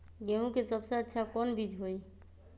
गेंहू के सबसे अच्छा कौन बीज होई?